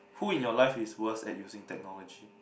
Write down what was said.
who in your life is worse at using technology